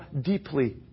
deeply